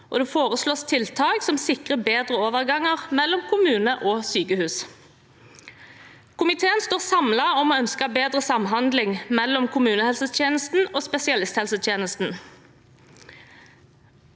Det foreslås tiltak som sikrer bedre overganger mellom kommuner og sykehus. Komiteen står samlet om å ønske bedre samhandling mellom kommunehelsetjenesten og spesialisthelsetjenesten,